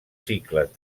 cicles